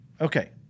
okay